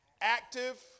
active